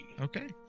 okay